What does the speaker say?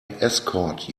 escort